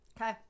Okay